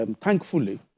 Thankfully